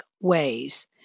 ways